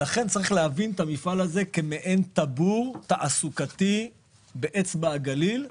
צריך להבין שהמפעל הזה הוא כמעין טבור תעסוקתי באצבע הגליל,